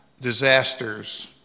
disasters